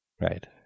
Right